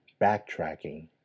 backtracking